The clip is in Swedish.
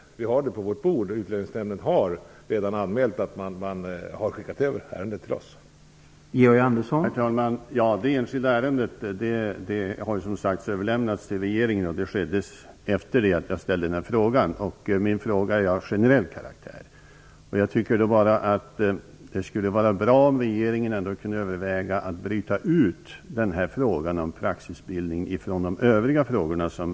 Utlänningsnämnden har anmält att ärendet är översänt till regeringen och regeringen har ärendet på sitt bord.